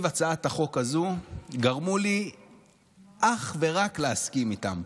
הצעת החוק הזו גרמו לי אך ורק להסכים איתם.